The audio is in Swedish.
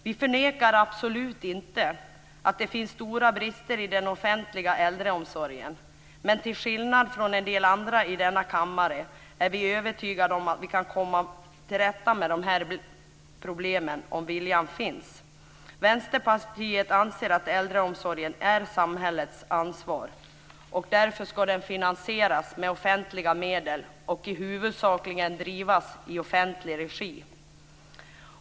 Vi förnekar absolut inte att det finns stora brister i den offentliga äldreomsorgen, men till skillnad från en del andra i denna kammare är vi övertygade om att vi kan komma till rätta med de här problemen om viljan finns. Vänsterpartiet anser att äldreomsorgen är samhällets ansvar, och därför ska den finansieras med offentliga medel och huvudsakligen drivas i offentlig regi.